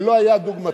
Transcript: שלא היה כדוגמתו,